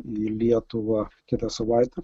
į lietuvą kitą savaitę